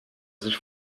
sich